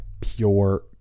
pure